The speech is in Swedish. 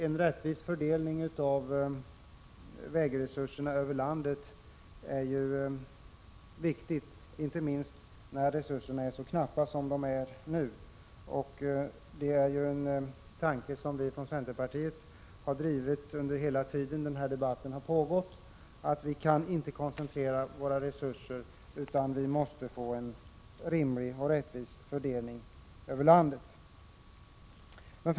En rättvis fördelning av vägresurserna är viktig, inte minst när resurserna är så knappa som nu. Det är en uppfattning som vi från centerpartiet har drivit hela den tid som den här debatten har pågått. Vi får inte koncentrera våra resurser utan se till att vi får en rimlig och rättvis fördelning av resurserna över hela landet.